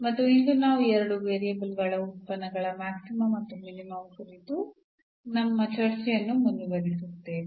ಮತ್ತು ಇಂದು ನಾವು ಎರಡು ವೇರಿಯೇಬಲ್ಗಳ ಉತ್ಪನ್ನಗಳ ಮ್ಯಾಕ್ಸಿಮಾ ಮತ್ತು ಮಿನಿಮಾ ಕುರಿತು ನಮ್ಮ ಚರ್ಚೆಯನ್ನು ಮುಂದುವರಿಸುತ್ತೇವೆ